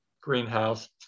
greenhouse